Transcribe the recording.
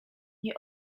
nie